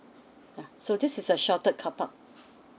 okay so this is a sheltered carpark